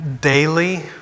daily